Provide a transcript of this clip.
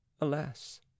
Alas